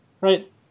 right